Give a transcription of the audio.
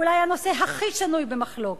אולי הנושא הכי שנוי במחלוקת.